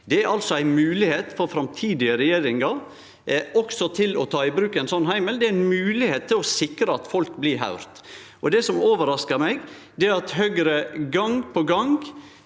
Det er altså ei moglegheit for framtidige regjeringar til også å ta i bruk ein sånn heimel, det er ei moglegheit til å sikre at folk blir høyrde. Det som overraskar meg, er at Høgre gang på gang